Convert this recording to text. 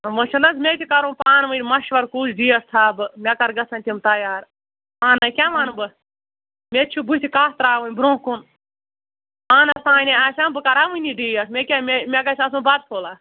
وۄنۍ چھُنہٕ حظ مےٚ تہِ کَرُن پانہٕ ؤنۍ مَشوَر کُس ڈیٹ تھاو بہٕ مےٚ کَر گژھن تِم تَیار پانَے کیٛاہ وَنہٕ بہٕ مےٚ تہِ چھُ بٕتھِ کَتھ ترٛاوٕنۍ برونٛہہ کُن پانَس تانے آسہِ ہَم بہٕ کَرٕ ہا وٕنی ڈیٹ مےٚ کیٛاہ مےٚ مےٚ گژھِ آسُن بَتہٕ پھوٚلا